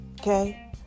Okay